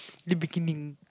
the beginning